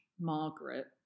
margaret